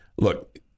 Look